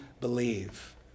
believe